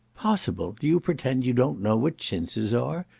possible! do you pretend you don't know what chintzes are?